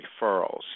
referrals